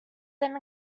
than